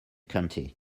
county